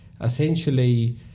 Essentially